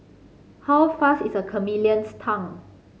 how fast is a chameleon's tongue